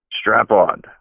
strap-on